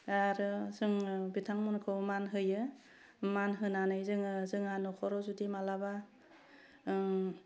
आरो जोङो बिथांमोनखौ मान होयो मान होनानै जोङो जोंहा नखराव जुदि मालाबा